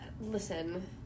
listen